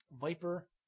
Viper